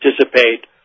participate